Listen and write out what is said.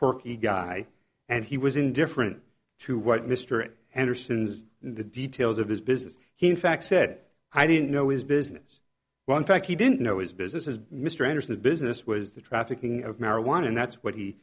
quirky guy and he was indifferent to what mr anderson's the details of his business he in fact said i didn't know his business well in fact he didn't know his business is mr anderson's business was the trafficking of marijuana and that's what he